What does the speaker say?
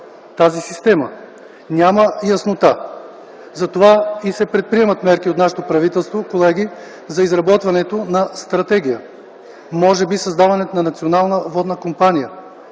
тази система. Няма яснота. Затова и се предприемат мерки от нашето правителство, колеги, за изработването на стратегия, може би създаването на Национална водна компания.